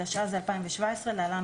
התשע"ז 2017‏ (להלן,